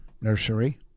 Nursery